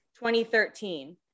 2013